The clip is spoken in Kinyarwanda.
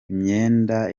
imyenda